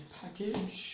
package